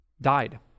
died